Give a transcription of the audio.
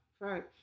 Right